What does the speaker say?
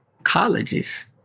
colleges